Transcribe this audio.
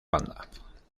banda